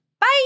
Bye